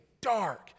dark